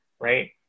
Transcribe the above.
right